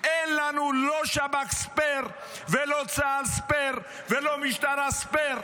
אין לנו לא שב"כ ספייר ולא צה"ל ספייר ולא משטרה ספייר.